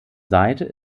seite